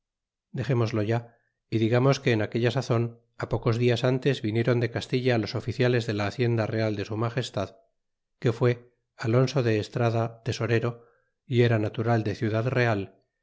dexemoslo ya y digamos que en aquella sazon pocos días antes vinieron de castilla los oficiales de la hacienda real de su magestad que fue alonso de estrada tesorero y era natural de